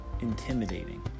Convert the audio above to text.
intimidating